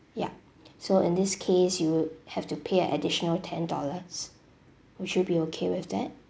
ya so in this case you will have to pay an additional ten dollars would you be okay with that